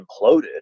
imploded